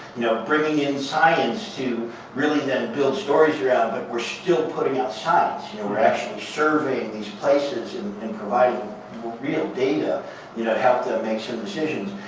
you know bringing in science to really then build stories around, but we're still putting out science. and we're actually serving these places and and providing real data you know to help them make some decisions.